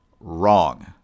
Wrong